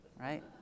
right